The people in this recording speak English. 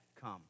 come